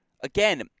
Again